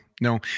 no